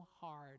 hard